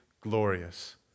glorious